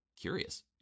Curious